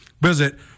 visit